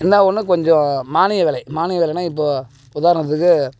என்ன ஒன்று கொஞ்சம் மானிய விலை மானிய விலைன்னா இப்போது உதாரணத்துக்கு